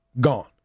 gone